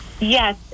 Yes